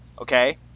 okay